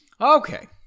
Okay